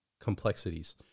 complexities